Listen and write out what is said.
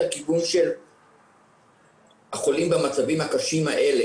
זה הכיוון של החולים במצבים הקשים האלה,